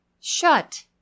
shut